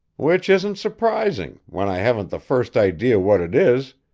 which isn't surprising, when i haven't the first idea what it is,